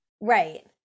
Right